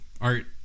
Art